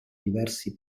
diversi